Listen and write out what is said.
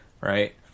right